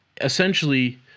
Essentially